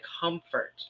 comfort